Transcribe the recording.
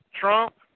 Trump